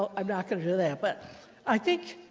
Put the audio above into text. um i'm not going to do that. but i think,